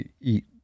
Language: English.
eat